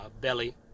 belly